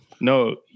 no